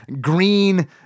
green